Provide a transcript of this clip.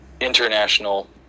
international